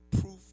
proof